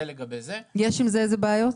יש עם זה בעיות?